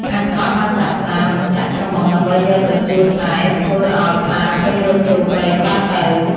អាខ្វាក់ បានចាប់ខ្លាមកចាក់ច្រមុះដើម្បីយកទៅភ្ជួរស្រែ ធ្វើឱ្យខ្លាភ័យរត់ចូលព្រៃបាត់ទៅ ។